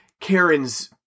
Karen's